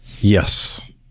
Yes